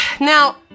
Now